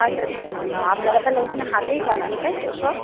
আচ্ছা ঠিক আছে ম্যাম আপনারা তাহলে ওইখানে হাতেই বানান তাই তো সব